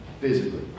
physically